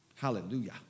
Hallelujah